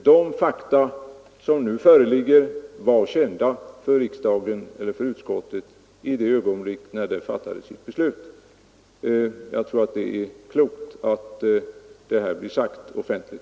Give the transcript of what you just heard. De fakta som nu föreligger var kända för riksdagen i det ögonblick den fattade sitt beslut. Jag tror att det är viktigt att det här blir sagt offentligt.